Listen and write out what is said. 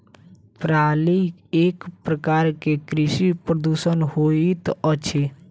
पराली एक प्रकार के कृषि प्रदूषण होइत अछि